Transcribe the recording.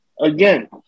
again